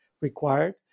required